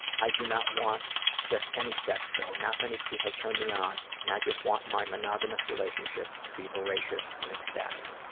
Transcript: i do not want just any sex, though, not many people turn me on, and i just want my monogamous relationship to be voracious and ecstatic.